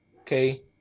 okay